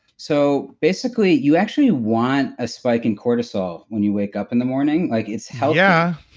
so, basically you actually want a spike in cortisol when you wake up in the morning. like it's healthy yeah,